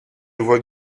vois